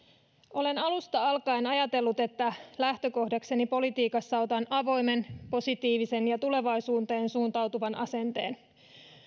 olen alusta alkaen ajatellut että lähtökohdakseni politiikassa otan avoimen positiivisen ja tulevaisuuteen suuntautuvan asenteen